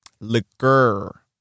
liquor